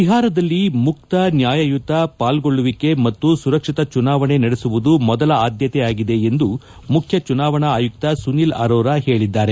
ಬಿಹಾರದಲ್ಲಿ ಮುಕ್ತ ನ್ಯಾಯಯುತ ಪಾಲ್ಗೊಳ್ಳುವಿಕೆ ಮತ್ತು ಸುರಕ್ಷಿತ ಚುನಾವಣೆಗಳನ್ನು ನಡೆಸುವುದು ಮೊದಲ ಆದ್ಯತೆ ಆಗಿದೆ ಎಂದು ಮುಖ್ಯಚುನಾವಣಾ ಆಯುಕ್ತ ಸುನೀಲ್ ಅರೋರ ಹೇಳಿದ್ದಾರೆ